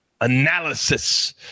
analysis